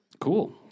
Cool